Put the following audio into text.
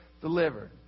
delivered